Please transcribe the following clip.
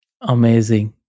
Amazing